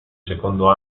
secondo